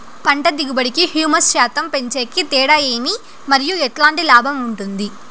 పంట దిగుబడి కి, హ్యూమస్ శాతం పెంచేకి తేడా ఏమి? మరియు ఎట్లాంటి లాభం ఉంటుంది?